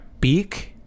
beak